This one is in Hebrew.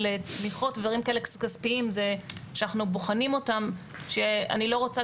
דברים כאלה כספיים שאנחנו בוחנים אותם ואני לא רוצה